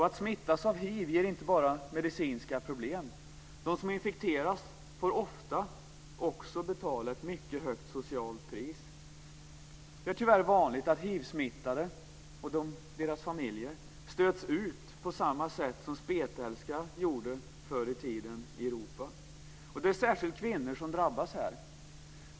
Att smittas av hiv ger inte bara medicinska problem. De som infekteras får ofta också betala ett mycket högt socialt pris. Det är tyvärr vanligt att hivsmittade och deras familjer stöts ut på samma sätt som spetälska förr i tiden i Europa. Det är särskilt kvinnor som drabbas.